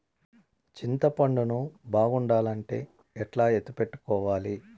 చింతపండు ను బాగుండాలంటే ఎట్లా ఎత్తిపెట్టుకోవాలి?